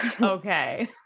Okay